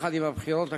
הבחירות הכלליות,